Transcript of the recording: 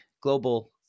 global